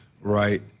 right